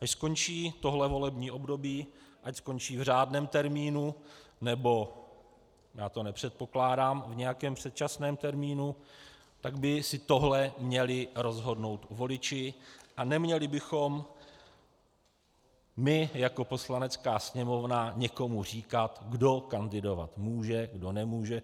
Až skončí tohle volební období, ať skončí v řádném termínu, nebo já to nepředpokládám v nějakém předčasném termínu, tak by si tohle měli rozhodnout voliči a neměli bychom my jako Poslanecká sněmovna někomu říkat, kdo kandidovat může, kdo nemůže.